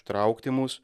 traukti mus